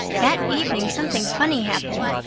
that evening something funny happened.